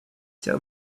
tell